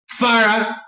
Farah